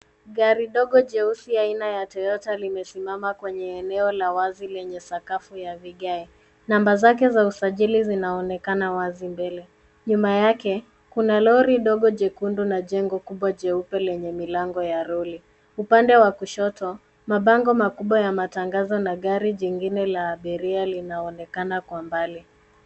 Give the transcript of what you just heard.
Gari ndogo jeusi aina ya toyota limesimama kwenye eneo la wazi lenye sakafu ya vigae. Namba zake za usajili zinaonekana wazi mbele. Nyuma yake kuna lori dogo jekundu na jengo kubwa jeupe lenye milango ya roli. Upande wa kushoto mabango makubwa ya matangazo na gari jingine la abiria linaonekana kwa mbali.